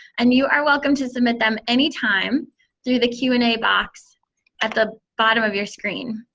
and you are welcome to submit them anytime through the q and a box at the bottom of your screen.